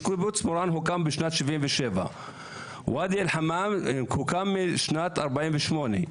קיבוץ מורן הוקם בשנת 1977. ואדי אל-חמאם הוקם בשנת 1948,